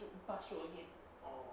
pass through again